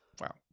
Wow